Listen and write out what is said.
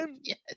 Yes